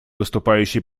выступающий